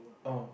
oh